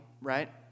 right